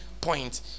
point